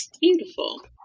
Beautiful